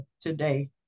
today